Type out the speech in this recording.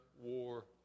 war